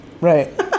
Right